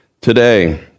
today